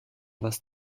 was